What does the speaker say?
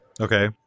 Okay